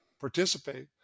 participate